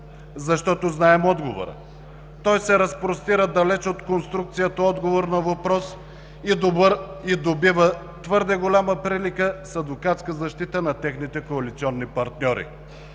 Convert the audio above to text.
защото знаем отговора. Той се разпростира далеч от конструкцията отговор на въпрос и добива твърде голяма прилика с адвокатска защита на техните коалиционни партньори.